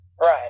Right